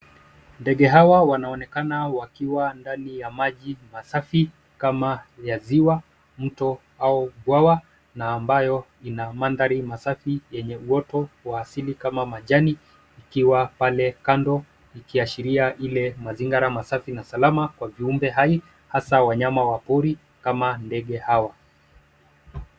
Ndege hawa wanaonekana wakiwa ndani ya maji masafi kama ya ziwa, mto au bwawa na ambayo ina mandhari masafi yenye uoto wa asili kama majani, ikiwa pale kando. Ikiashiria ile mazingara masafi na salama kwa viumbe hai, hasaa wanyama wa pori kama ndege hawa.